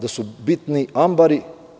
Da su bitni ambari.